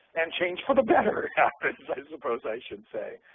and change for the better happens, i suppose i should say,